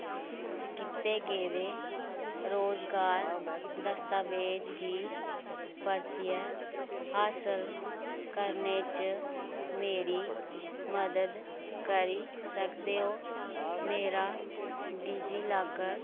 कीते गेदे रोजगार दस्तावेज गी परतियै हासल करने च मेरी मदद करी सकदे ओ मेरा डिजीलाकर